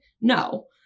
No